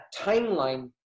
timeline